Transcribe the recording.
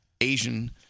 Asian